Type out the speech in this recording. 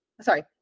sorry